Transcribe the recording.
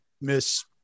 miss